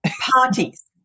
Parties